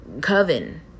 coven